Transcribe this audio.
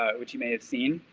ah which you may have seen.